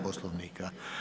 Poslovnika.